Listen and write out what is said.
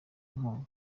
inkunga